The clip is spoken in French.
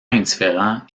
indifférent